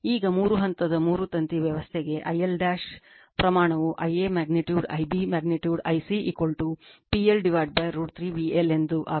ಈಗ ಮೂರು ಹಂತದ ಮೂರು ತಂತಿ ವ್ಯವಸ್ಥೆಗೆ I L ಪ್ರಮಾಣವು Ia magnitude Ib magnitude I c PL √ 3 VL ಎಂದು ಆಗುತ್ತದೆ